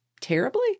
Terribly